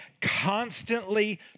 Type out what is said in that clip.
constantly